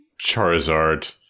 Charizard